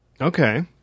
Okay